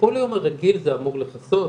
טיפול יום רגיל זה אמור לכסות,